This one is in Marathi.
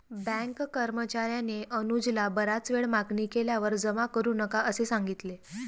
बँक कर्मचार्याने अनुजला बराच वेळ मागणी केल्यावर जमा करू नका असे सांगितले